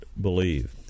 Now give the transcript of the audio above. believe